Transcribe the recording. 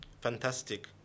fantastic